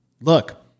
look